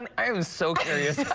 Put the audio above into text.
i'm i'm so curious.